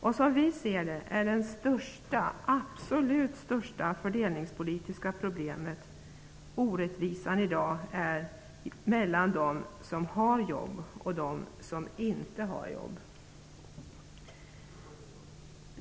Det som vi ser det största - absolut största - fördelningspolitiska problemet och den största orättvisan i dag är skillnaderna mellan dem som har jobb och dem som inte har jobb.